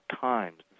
times